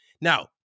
Now